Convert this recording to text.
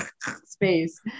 space